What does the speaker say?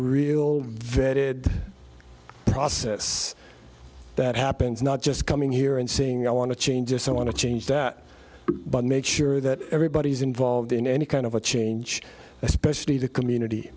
real vetted process that happens not just coming here and saying i want to change it so i want to change that but make sure that everybody is involved in any kind of a change especially the community